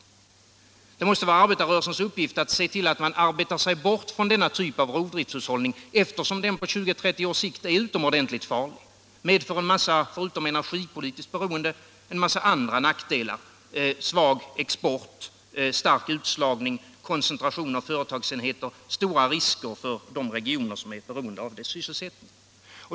Det måste vara arbetarrörelsens uppgift att se till att man arbetar sig bort från denna typ av rovdriftshushållning, eftersom den på 20-30 års sikt är utomordentligt farlig. Den medför förutom energipolitiskt beroende en mängd andra nackdelar: svag export, stark utslagning, koncentration av företagsenheter, stora risker för de regioner som är beroende av dess sysselsättning.